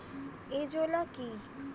Azolla কি?